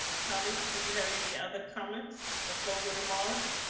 colleagues do you have any other comments or closing remarks?